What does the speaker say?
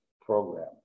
program